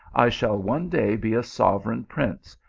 i shall one day be a sovereign prince,